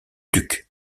duc